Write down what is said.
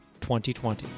2020